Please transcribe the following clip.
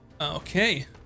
okay